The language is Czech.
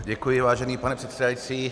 Děkuji, vážený pane předsedající.